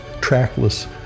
trackless